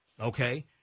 Okay